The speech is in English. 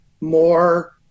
more